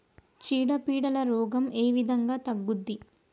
చీడ పీడల రోగం ఏ విధంగా తగ్గుద్ది?